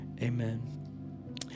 amen